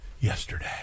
yesterday